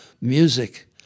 music